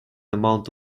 amount